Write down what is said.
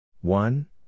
one